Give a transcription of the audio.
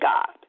God